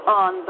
on